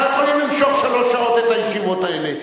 אנחנו לא יכולים למשוך שלוש שעות את הישיבות האלה.